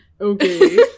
Okay